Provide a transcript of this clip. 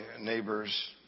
neighbors